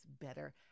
Better